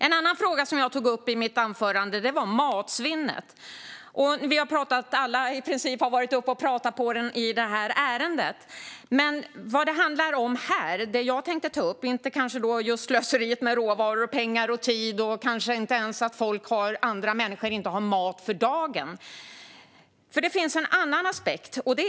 En annan fråga som jag tog upp i mitt anförande var matsvinnet. Vi har i princip alla varit uppe och talat om detta ämne i ärendet. Men det jag tänkte ta upp här var inte just slöseriet med råvaror, pengar och tid. Jag tänkte inte heller ta upp att andra människor inte har mat för dagen. Det finns en annan aspekt.